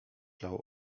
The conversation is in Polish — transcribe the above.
lał